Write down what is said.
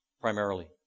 primarily